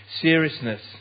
seriousness